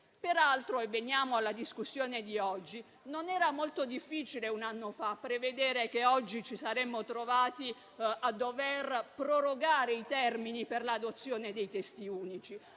Peraltro - e veniamo alla discussione di oggi - non era molto difficile un anno fa prevedere che oggi ci saremmo trovati a dover prorogare i termini per l'adozione dei testi unici.